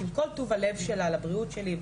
עם כל טוב הלב שלה והדאגה שלה לבריאות שלי.